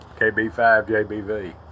KB5JBV